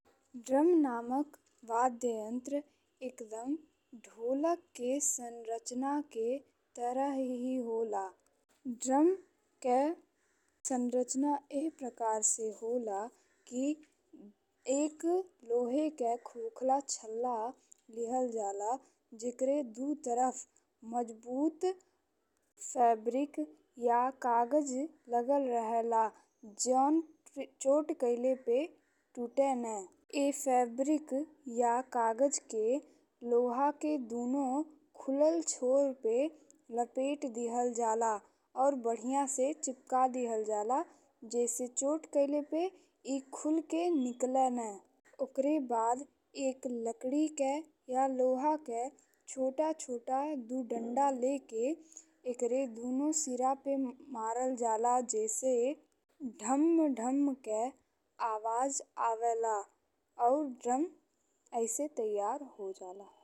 Drum नामक वाद्य यंत्र एकदम ढोलक के संरचना के तरह ही होला। ड्रम के संरचना एह प्रकार से होला कि एक लोहे के खोखला छल्ला लिहल जाला जेकरे दू तरफ मजबूत फेब्रिक या कागज लगल रहेला जौन चोट कइले पे टूटे ना। एह फेब्रिक या कागज के लोहा के दुनो खुलल छोर पे लपेट दिहल जाला अउर बढ़िया से चिपका दिहल जाला जैसे चोट कइले पे ई खुल के निकले ने। ओकरे बाद एक लकड़ी के या लोहा के छोटा छोटा दू डंडा लेके एकरे दुनो सीरा पे मारल जाला जइसे धम धम के आवाज आवेला अउर ड्रम अइसन तैयार हो जाला।